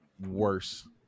worse